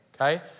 Okay